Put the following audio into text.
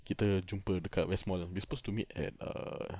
kita jumpa dekat west mall we're supposed to meet at err